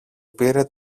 πήρε